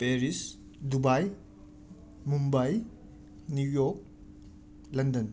Paris Dubai Mumbai New York London